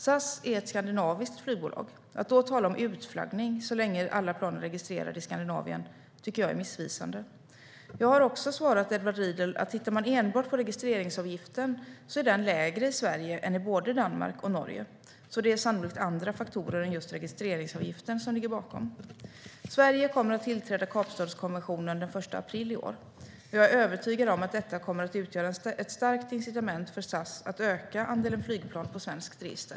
SAS är ett skandinaviskt flygbolag. Att då tala om utflaggning så länge alla plan är registrerade i Skandinavien tycker jag är missvisande. Jag har också svarat Edward Riedl att tittar man enbart på registreringsavgiften ser man att den är lägre i Sverige än i både Danmark och Norge, så det är sannolikt andra faktorer än just registreringsavgiften som ligger bakom. Sverige kommer att tillträda Kapstadskonventionen den 1 april i år. Jag är övertygad om att detta kommer att utgöra ett starkt incitament för SAS att öka andelen flygplan på svenskt register.